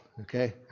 okay